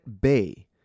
Bay